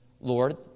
Lord